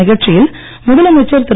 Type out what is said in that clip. நிகழ்ச்சியில் முதலமைச்சர் திரு